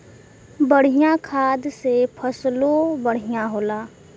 बढ़िया खाद से फसलों बढ़िया होला